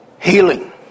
healing